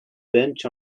bench